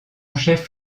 chef